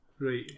Right